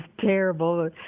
terrible